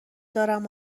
دارم